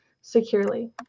securely